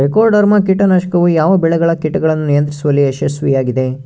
Trichoderma ಕೇಟನಾಶಕವು ಯಾವ ಬೆಳೆಗಳ ಕೇಟಗಳನ್ನು ನಿಯಂತ್ರಿಸುವಲ್ಲಿ ಯಶಸ್ವಿಯಾಗಿದೆ?